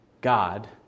God